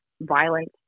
violence